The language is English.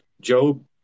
Job